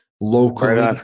locally